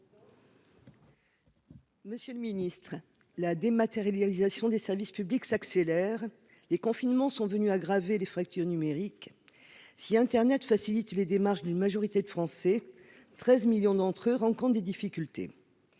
Monsieur le Ministre, la dématérialisation des services publics s'accélère les confinements sont venues aggraver les fractures numériques si Internet facilite les démarches d'une majorité de Français, 13 millions d'entre eux rencontrent des difficultés,